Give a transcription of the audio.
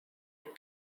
and